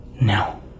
No